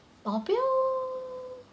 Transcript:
保镖